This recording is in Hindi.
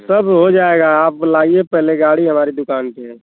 सब हो जाएगा आप लाइये पहले गाड़ी हमारी दुकान पर